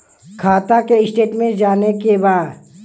खाता के स्टेटमेंट जाने के बा?